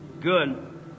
Good